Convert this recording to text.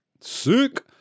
sick